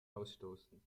ausstoßen